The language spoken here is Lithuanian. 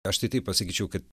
aš tai taip pasakyčiau kad